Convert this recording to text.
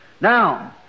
Now